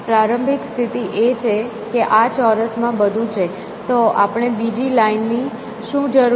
પ્રારંભિક સ્થિતિ એ છે કે આ ચોરસ માં બધું છે તો આપણે બીજી લાઈન ની શું જરૂર છે